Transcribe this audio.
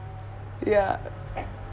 ya